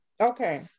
Okay